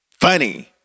funny